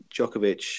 Djokovic